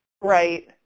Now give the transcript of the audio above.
Right